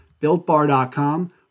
builtbar.com